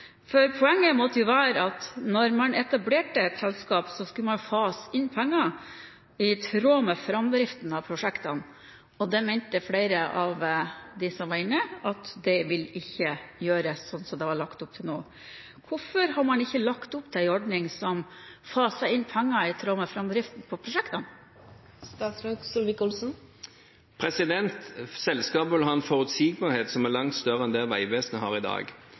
det. Poenget måtte jo være at når man etablerte et selskap, skulle man fase inn penger i tråd med framdriften av prosjektene. Flere av dem som var inne på høring, mente at det ikke ville kunne gjøres, slik som det var lagt opp til nå. Hvorfor har man ikke lagt opp til en ordning som faser inn penger i tråd med framdriften på prosjektene? Selskapet vil ha en forutsigbarhet som er langt større enn det Vegvesenet har i dag.